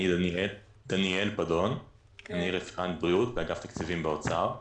אני רפרנט בריאות באגף התקציבים במשרד האוצר.